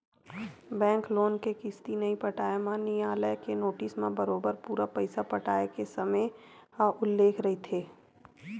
bank loan के किस्ती नइ पटाए म नियालय के नोटिस म बरोबर पूरा पइसा पटाय के समे ह उल्लेख रहिथे